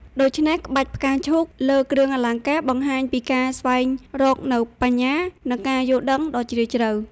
ដូច្នេះ ក្បាច់ផ្កាឈូកលើគ្រឿងអលង្ការបង្ហាញពីការស្វែងរកនូវបញ្ញា និងការយល់ដឹងដ៏ជ្រាលជ្រៅ។